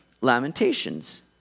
Lamentations